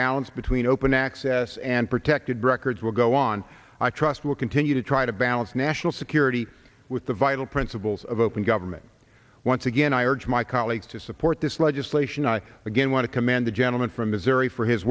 balance between open access and protected records will go on i trust will continue to try to balance national security with the vital principles of open government once again i urge my colleagues to support this legislation i again want to commend the gentleman from missouri for his